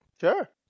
Sure